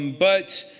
but,